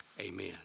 Amen